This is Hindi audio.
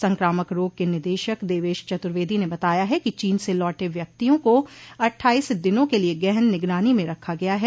संकामक रोग के निदेशक देवेश चतुर्वेदी ने बताया है कि चीन से लौटे व्यक्तियों को अट्टठाइस दिनों के लिए गहन निगरानी में रखा गया है